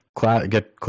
get